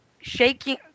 shaking